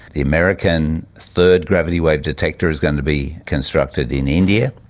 the american third gravity wave detector is going to be constructed in india.